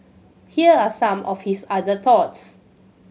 here are some of his other thoughts